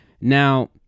Now